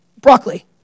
broccoli